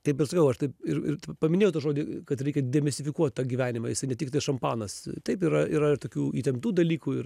taip ir sakau aš taip ir ir paminėjau tą žodį kad reikia demistifikuot tą gyvenimą jisai ne tiktai šampanas taip yra yra ir tokių įtemptų dalykų ir